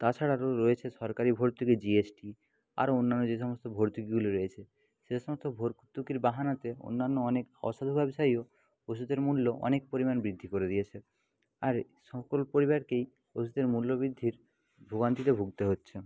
তাছাড়া রয়েছে সরকারি ভর্তুকি জিএসটি আরো অন্যান্য যে সমস্ত ভর্তুকিগুলি রয়েছে সে সমস্ত ভর্তুকির বাহানাতে অন্যান্য অনেক অসাধু ব্যবসায়ীও ওষুধের মূল্য অনেক পরিমাণ বৃদ্ধি করে দিয়েছে আর সকল পরিবারকেই ওষুধের মূল্য বৃদ্ধির ভোগান্তিতে ভুগতে হচ্ছে